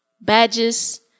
Badges